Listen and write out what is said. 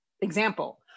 example